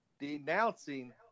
denouncing